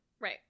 Right